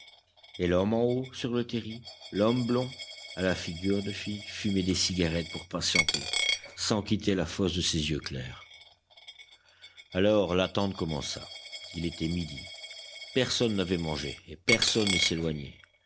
et l'homme en haut sur le terri l'homme blond à la figure de fille fumait des cigarettes pour patienter sans quitter la fosse de ses yeux clairs alors l'attente commença il était midi personne n'avait mangé et personne ne s'éloignait